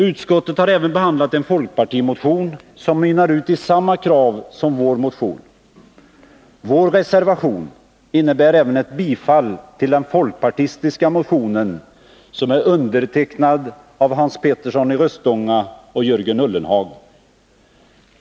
Utskottet har även behandlat en folkpartimotion som mynnar ut i samma krav som vår motion. Vår reservation innebär också ett bifall till den folkpartistiska motionen, som är undertecknad av Hans Petersson i Röstånga och Jörgen Ullenhag.